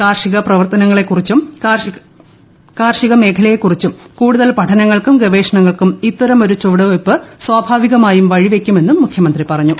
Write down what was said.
കാർഷിക ് പ്രവർത്തനങ്ങളെക്കുറിച്ചും കാർഷിക മേഖലയെ കുറിച്ചും കൂടുതൽ പഠനങ്ങൾക്കും ഗവേഷണങ്ങൾക്കും ഇത്തരമൊരു സ്വാഭാവികമായും വഴിവെക്കുമെന്നും മുഖൃമന്ത്രി പറഞ്ഞു